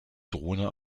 drohne